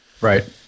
Right